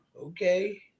Okay